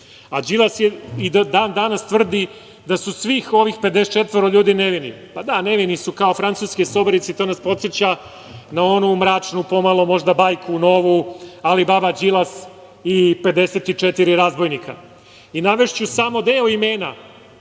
Đilas i dan danas tvrdi da su svih ovih 54 ljudi nevini. Da, nevini su kao „francuske sobarice“ i to nas podseća na onu mračnu pomalo, možda, bajku novu Alibaba Đilas i 54 razbojnika. Navešću samo deo imena